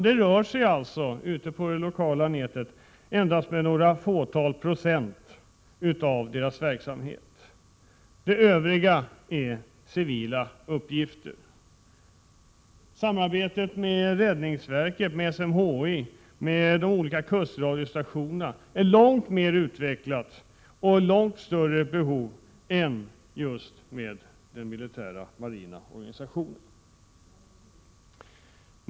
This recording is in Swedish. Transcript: Det rör sig ute på det lokala nätet endast om ett fåtal procent av verksamheten. Det övriga är civila uppgifter. Samarbetet med räddningsverket, med SMHI och med de olika kustradiostationerna är långt mer utvecklat och utgör ett långt större behov än samarbetet med den militära marina organisationen.